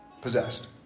possessed